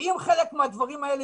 ואם חלק מהדברים האלה